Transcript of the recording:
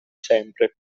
sempre